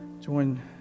join